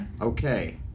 Okay